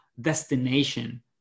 destination